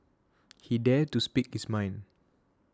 he dared to speak his mind